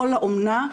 או לאומנה,